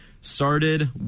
Started